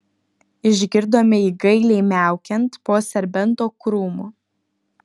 išgirdome jį gailiai miaukiant po serbento krūmu